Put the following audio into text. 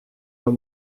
pas